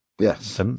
Yes